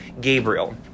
Gabriel